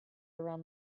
around